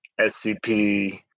SCP